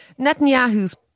Netanyahu's